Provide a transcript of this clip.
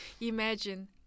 Imagine